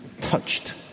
touched